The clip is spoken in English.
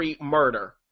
murder